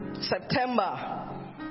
September